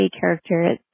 character